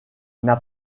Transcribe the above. n’a